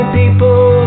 people